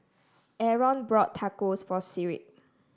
Arron bought Tacos for Sigrid